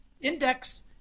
index